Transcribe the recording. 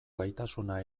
gaitasuna